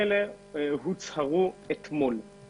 הוצהר על קיום הפיילוט.